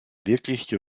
wirklicher